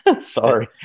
Sorry